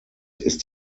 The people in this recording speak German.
ist